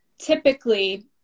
typically